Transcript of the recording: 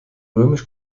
römisch